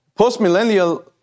Postmillennial